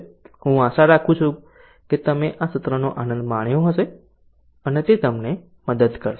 હું આશા રાખું છું કે તમે આ સત્રનો આનંદ માણ્યો હશે અને તે તમને મદદ કરશે